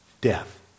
Death